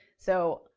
so,